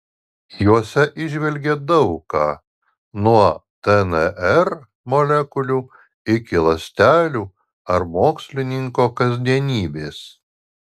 juose įžvelgė daug ką nuo dnr molekulių iki ląstelių ar mokslininko kasdienybės